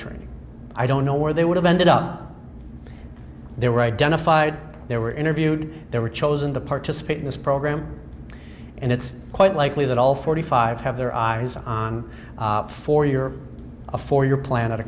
training i don't know where they would have ended up they were identified they were interviewed they were chosen to participate in this program and it's quite likely that all forty five have their eyes on for your a four year plan out of